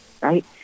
right